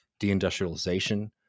deindustrialization